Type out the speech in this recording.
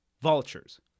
Vultures